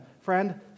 Friend